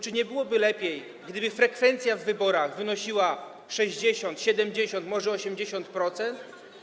Czy nie byłoby lepiej, gdyby frekwencja w wyborach wynosiła 60, 70, może 80%?